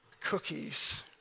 cookies